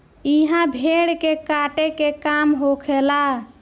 इहा भेड़ के काटे के काम होखेला